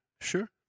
sure